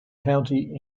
county